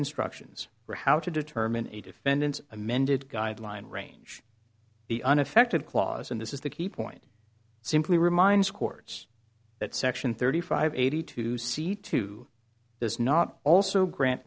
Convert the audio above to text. instructions for how to determine a defendant's amended guideline range the unaffected clause in this is the key point simply reminds courts that section thirty five eighty two c two does not also grant